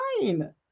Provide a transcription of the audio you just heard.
fine